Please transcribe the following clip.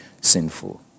sinful